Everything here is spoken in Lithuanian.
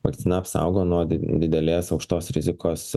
vakcina apsaugo nuo di didelės aukštos rizikos